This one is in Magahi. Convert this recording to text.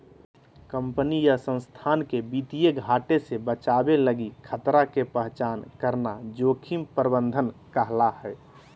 कंपनी या संस्थान के वित्तीय घाटे से बचावे लगी खतरा के पहचान करना जोखिम प्रबंधन कहला हय